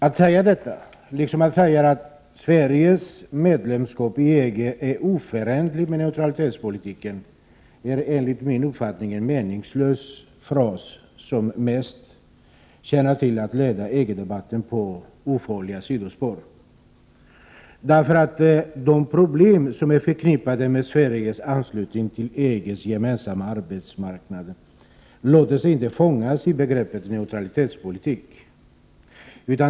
Att säga detta, liksom att säga att Sveriges medlemskap i EG är oförenligt med neutralitetspolitiken är enligt min uppfattning en meningslös fras, som mest tjänar till att leda EG-debatten på ofarliga sidospår. De problem som är förknippade med Sveriges anslutning till EG:s gemensamma arbetsmarknad låter sig inte fångas i begreppet neutralitetspolitik.